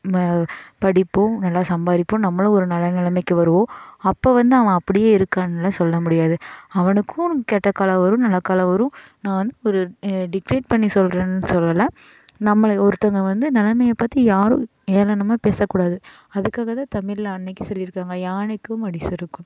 படிப்போம் நல்லா சம்பாதிப்போம் நம்மளும் ஒரு நல்ல நிலமைக்கு வருவோம் அப்போ வந்து அவன் அப்படியே இருக்கான்னுலாம் சொல்ல முடியாது அவனுக்கும் கெட்ட காலம் வரும் நல்ல காலம் வரும் நான் வந்து ஒரு டிக்ரேட் பண்ணி சொல்கிறேன்னு சொல்லல நம்மளை ஒருத்தவங்க வந்து நிலமைய பார்த்து யாரும் ஏளனமாக பேசக்கூடாது அதுக்காக தான் தமிழில் அன்னைக்கு சொல்லியிருக்காங்க யானைக்கும் அடி சறுக்கும்